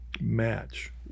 match